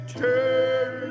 turn